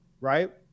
Right